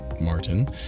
Martin